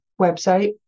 website